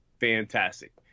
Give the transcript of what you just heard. fantastic